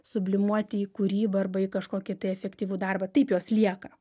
sublimuoti į kūrybą arba į kažkokį tai efektyvų darbą taip jos lieka